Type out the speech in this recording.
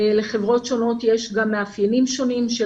לחברות שונות יש גם מאפיינים שונים של